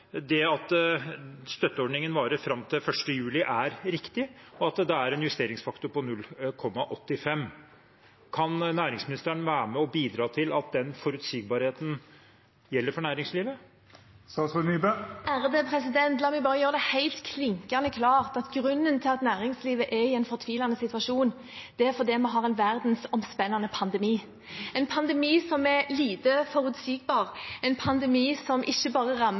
det er riktig allerede nå å si fra til bedriftene at det at støtteordningen varer fram til 1. juli, er riktig, og at det er en justeringsfaktor på 0,85? Kan næringsministeren være med og bidra til at den forutsigbarheten gjelder for næringslivet? La meg bare gjøre det helt klinkende klart at grunnen til at næringslivet er i en fortvilende situasjon, er at vi har en verdensomspennende pandemi – en pandemi som er lite forutsigbar, en pandemi som ikke bare